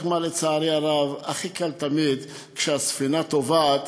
רק מה, לצערי הרב, הכי קל תמיד, כשהספינה טובעת,